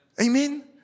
Amen